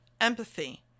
empathy